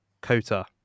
kota